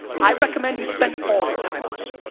i recommend you spend all your time on it.